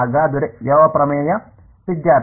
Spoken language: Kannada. ಹಾಗಾದರೆ ಯಾವ ಪ್ರಮೇಯ